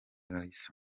raissa